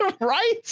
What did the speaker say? right